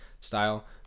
style